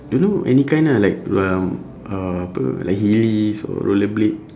don't know any kind ah like um uh apa like heelys or roller blade